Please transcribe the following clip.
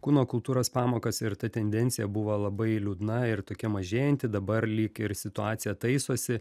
kūno kultūros pamokas ir ta tendencija buvo labai liūdna ir tokia mažėjanti dabar lyg ir situacija taisosi